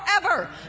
forever